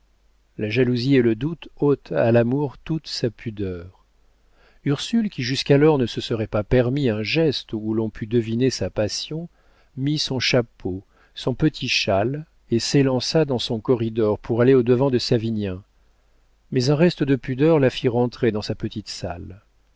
la jalousie et le doute ôtent à l'amour toute sa pudeur ursule qui jusqu'alors ne se serait pas permis un geste où l'on pût deviner sa passion mit son chapeau son petit châle et s'élança dans son corridor pour aller au-devant de savinien mais un reste de pudeur la fit rentrer dans sa petite salle